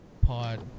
pod